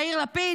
יאיר לפיד,